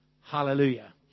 Hallelujah